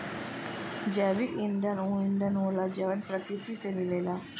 जैविक ईंधन ऊ ईंधन होला जवन प्रकृति से मिलेला